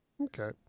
Okay